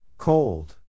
cold